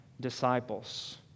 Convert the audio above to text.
disciples